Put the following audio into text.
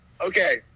Okay